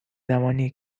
زمانیه